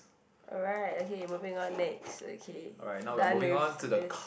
alright okay moving on next done with this